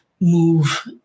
move